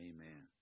Amen